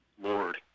Lord